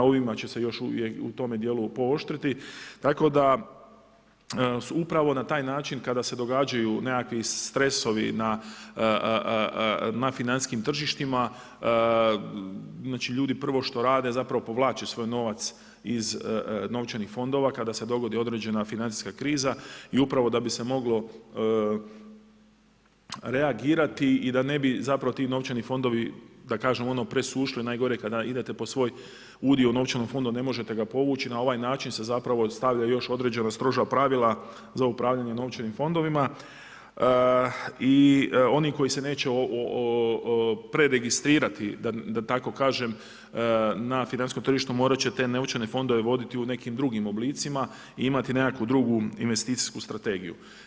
Ovime će se još u tome djelu pooštriti tako da su upravo na taj način kada se događaju nekakvi stresovi na financijskim tržištima, znači ljudi prvo što rade zapravo povlače svoj novac iz novčanih fondova kada se dogodi određena financijska kriza i upravo da bi se moglo reagirati i da ne bi zapravo ti novčani fondovi, da kažem ono presušili, najgore je kada idete po svoj udio novčanog fonda ne možete ga povući, na ovaj način se zapravo stavlja određena stroža pravila za upravljanje novčanim fondovima i oni koji se neće preregistrirati da tako kažem na financijskom tržištu, morat će te novčane fondove voditi u nekim drugim oblicima i imati nekakvu drugu investicijsku strategiju.